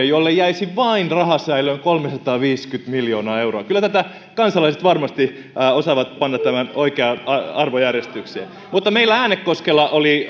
jolle jäisi rahasäilöön vain kolmesataaviisikymmentä miljoonaa euroa kyllä kansalaiset varmasti osaavat panna tämän oikeaan arvojärjestykseen mutta meillä äänekoskella oli